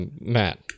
Matt